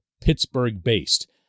Pittsburgh-based